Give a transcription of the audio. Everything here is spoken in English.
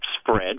spread